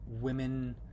women